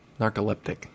narcoleptic